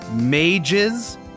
Mages